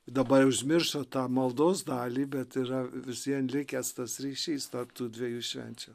dabar užmiršo tą maldos dalį bet yra vis vien likęs tas ryšys tarp tų dviejų švenčių